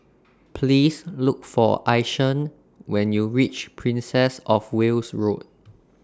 Please Look For Ishaan when YOU REACH Princess of Wales Road